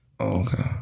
okay